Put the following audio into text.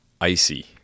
Icy